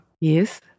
yes